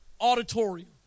auditorium